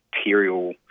material